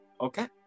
Okay